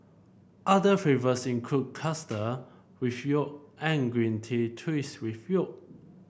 other flavours include custard with yolk and green tea twist with yolk